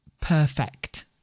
perfect